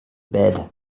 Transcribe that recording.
bed